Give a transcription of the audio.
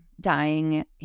dying